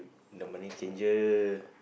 the money changer